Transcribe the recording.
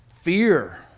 fear